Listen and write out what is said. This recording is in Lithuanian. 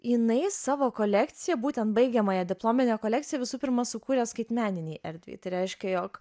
jinai savo kolekciją būtent baigiamojo diplominio kolekciją visų pirma sukūrė skaitmeninei erdvei tai reiškia jog